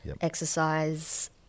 exercise